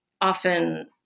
often